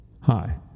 Hi